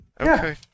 Okay